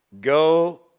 go